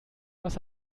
was